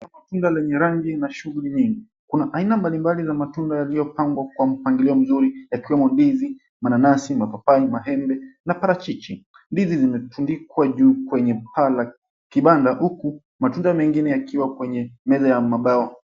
Soko la matunda lenye rangi na shughuli nyingi. Kuna aina mbalimbali za matunda yaliyopangwa kwa mpangilio mzuri, yakiwemo, ndizi, mananasi, mapapai, maembe, na parachichi. Ndizi zimefundikwa juu kwenye paa la kibanda, huku matunda mengine yakiwa kwenye meza ya mabao.